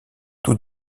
tout